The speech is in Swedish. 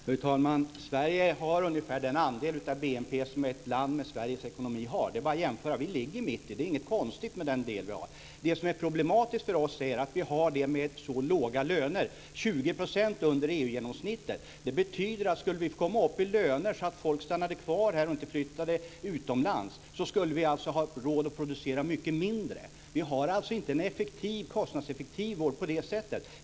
Fru talman! Sveriges sjukvård har ungefär den andel av BNP som ett land med Sveriges ekonomi har. Det är bara att jämföra. Vi ligger mitt i, och det är inget konstigt med den del som vi har. Det som är problematiskt för Sverige är att vi har så låga löner. Vi ligger 20 % under EU-genomsnittet. Det betyder att om vi skulle komma upp i löner som gjorde att folk stannade kvar här och inte flyttade utomlands så skulle vi ha råd att producera mycket mer. Vi har inte en kostnadseffektiv vård på det sättet.